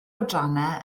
adrannau